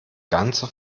ganze